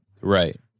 Right